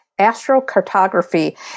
astrocartography